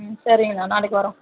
ம் சரிங்கண்ணா நாளைக்கு வரோம்